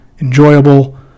enjoyable